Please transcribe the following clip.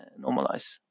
normalize